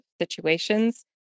situations